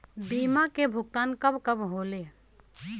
बीमा के भुगतान कब कब होले?